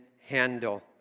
handle